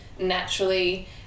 naturally